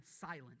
silent